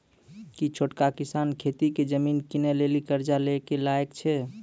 कि छोटका किसान खेती के जमीन किनै लेली कर्जा लै के लायक छै?